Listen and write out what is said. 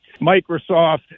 microsoft